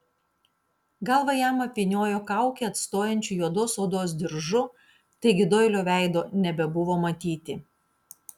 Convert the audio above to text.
galvą jam apvyniojo kaukę atstojančiu juodos odos diržu taigi doilio veido nebebuvo matyti